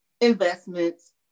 investments